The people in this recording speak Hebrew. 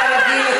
כרגיל.